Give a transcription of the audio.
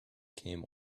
came